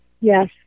Yes